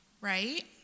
right